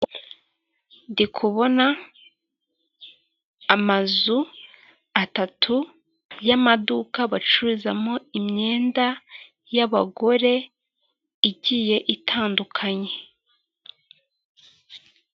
Ndi kubona amazu atatu y'amaduka, bacuruzamo imyenda y'abagore igiye itandukanye.